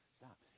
stop